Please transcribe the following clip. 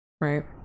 right